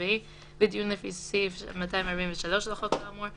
הצבאי ודיון לפי סעיף 243 לחוק האמור,